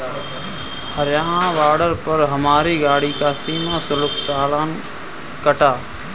Haryana border पर हमारी गाड़ी का सीमा शुल्क चालान कटा